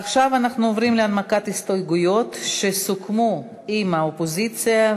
עכשיו אנחנו עוברים להנמקת הסתייגויות שסוכמה עם האופוזיציה.